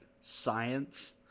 science